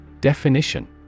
Definition